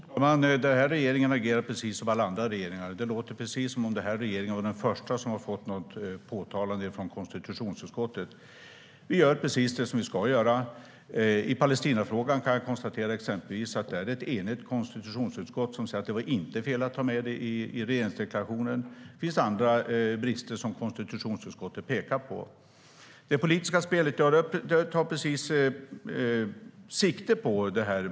Herr talman! Den här regeringen agerar precis som alla andra regeringar. Det lät precis som om den här regeringen var den första där konstitutionsutskottet har påtalat något. Vi gör precis det vi ska göra. I Palestinafrågan kan jag exempelvis konstatera att ett enigt konstitutionsutskott säger att det inte var fel att ta med det i regeringsförklaringen. Det finns andra brister som konstitutionsutskottet pekar på. Det politiska spelet tar sikte på detta.